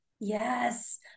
Yes